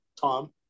tom